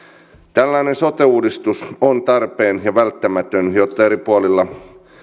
tällainen sote uudistus on tarpeen ja välttämätön jotta eri puolilla